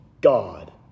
God